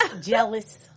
jealous